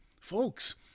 folks